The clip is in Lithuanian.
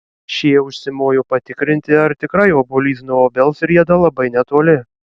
šie užsimojo patikrinti ar tikrai obuolys nuo obels rieda labai netoli